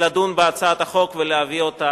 לדון בהצעת החוק ולהביא אותה